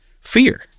fear